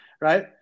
Right